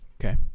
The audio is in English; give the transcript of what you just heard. okay